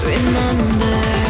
Remember